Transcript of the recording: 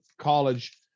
college